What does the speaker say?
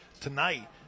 tonight